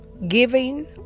giving